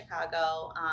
Chicago